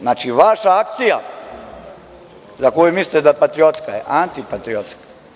Znači, vaša akcija, za koju mislite da je patriotska, je antipatriotska.